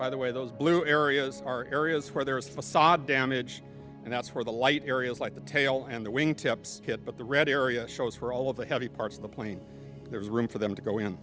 by the way those blue areas are areas where there is facade damage and that's where the light areas like the tail and the wing tips hit but the red area shows for all of the heavy parts of the plane there was room for them to go in